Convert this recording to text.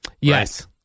yes